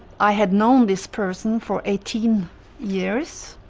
i had known this person for eighteen years,